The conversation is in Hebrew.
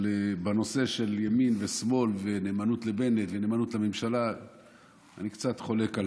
אבל בנושא של ימין ושמאל ונאמנות לבנט ונאמנות לממשלה אני קצת חולק,